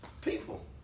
people